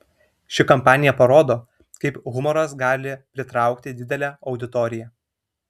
ši kampanija parodo kaip humoras gali pritraukti didelę auditoriją